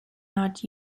not